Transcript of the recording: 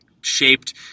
shaped